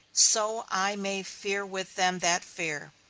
so i may fear with them that fear.